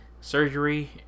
surgery